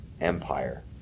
empire